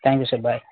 thank you sir bye